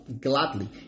gladly